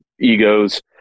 egos